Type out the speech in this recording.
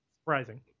surprising